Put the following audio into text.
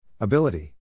Ability